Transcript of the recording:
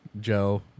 Joe